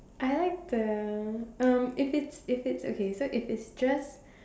I like the um if it's if it's okay so if it's just